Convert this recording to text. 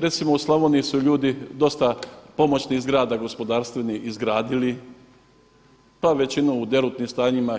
Recimo u Slavoniji su ljudi dosta pomoćnih zgrada gospodarstvenih izgradili, pa većinu u derutnim stanjima